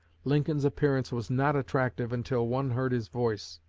lincoln's appearance was not attractive until one heard his voice,